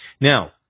now